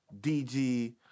DG